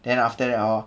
then after that hor